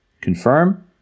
confirm